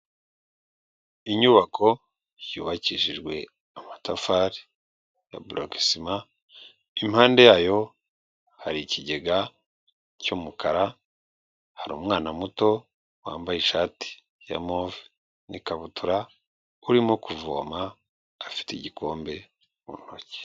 Inyubako yubakishijwe amatafari ya boroke sima, impande yayo hari ikigega cy'umukara, harirum muto wambaye ishati ya move n'ikabutura, urimo kuvoma, afite igikombe mu ntoki.